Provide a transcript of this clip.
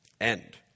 End